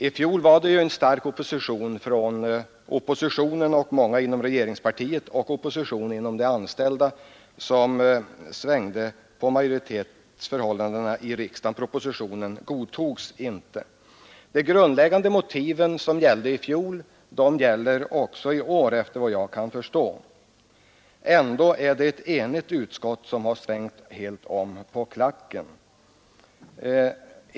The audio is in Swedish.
I fjol framfördes en stark kritik från oppositionen. Även inom regeringspartiet och från de anställdas sida framfördes opposition. Detta svängde på majoritetsförhållandena i riksdagen; propositionen godtogs inte. De grundläggande motiven som gällde i fjol gäller också i allt väsentligt i år. Ändå är det ett enigt utskott som har svängt helt om på klacken.